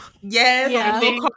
Yes